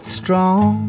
strong